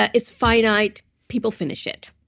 ah it's finite, people finish it.